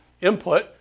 input